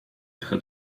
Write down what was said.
trochę